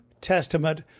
Testament